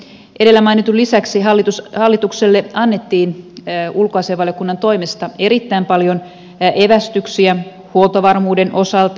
edellä mainitun lisäksi hallitukselle annettiin ulkoasiainvaliokunnan toimesta erittäin paljon evästyksiä huoltovarmuuden osalta